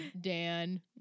Dan